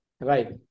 right